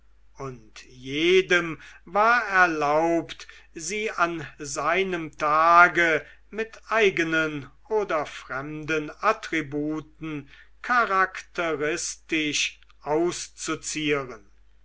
und jedem war erlaubt sie an seinem tage mit eigenen oder fremden attributen charakteristisch auszuzieren